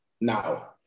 now